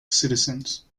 citizens